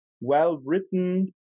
well-written